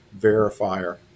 verifier